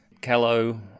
Callow